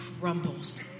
crumbles